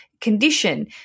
condition